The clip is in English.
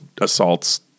assaults